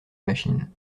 machine